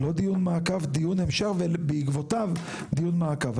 לא דיון מעקב, דיון המשך ובעקבותיו דיון מעקב.